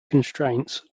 constraints